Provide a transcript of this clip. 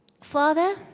Father